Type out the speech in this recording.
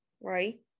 right